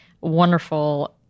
wonderful